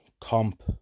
comp